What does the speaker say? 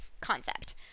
concept